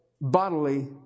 bodily